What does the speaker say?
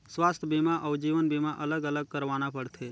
स्वास्थ बीमा अउ जीवन बीमा अलग अलग करवाना पड़थे?